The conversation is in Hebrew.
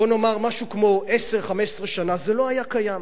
בוא נאמר, משהו כמו עשר, 15 שנה, זה לא היה קיים.